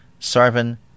Sarvan